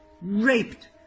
raped